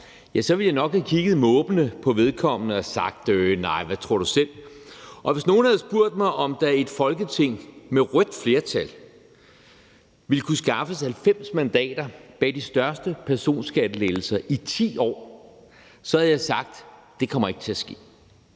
så ville jeg nok have kigget måbende på vedkommende og sagt: Nej, hvad tror du selv? Og hvis nogen havde spurgt mig, om der i et Folketing med rødt flertal ville kunne skaffes 90 mandater bag de største personskattelettelser i 10 år, så havde jeg sagt: Det kommer ikke til at ske.